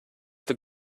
the